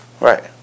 Right